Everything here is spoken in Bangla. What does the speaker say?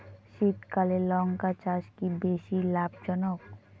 শীতকালে লঙ্কা চাষ কি বেশী লাভজনক?